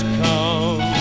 come